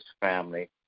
family